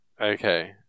Okay